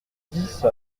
dix